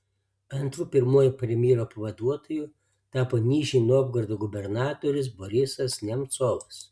antru pirmuoju premjero pavaduotoju tapo nižnij novgorodo gubernatorius borisas nemcovas